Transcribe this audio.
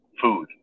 food